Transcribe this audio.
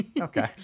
Okay